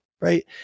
Right